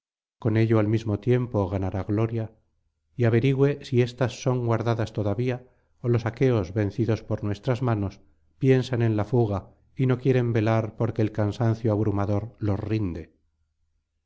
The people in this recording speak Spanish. con ello al mismo tiempo ganará gloria y averigüe si éstas son guardadas todavía ó los aqueos vencidos por nuestras manos piensan en la fuga y no quieren velar porque el cansancio abrumador los rinde